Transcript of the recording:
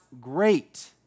great